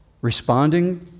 Responding